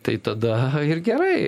tai tada ir gerai